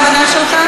תסיים את הנאום,